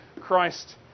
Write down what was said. Christ